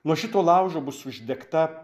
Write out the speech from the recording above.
nuo šito laužo bus uždegta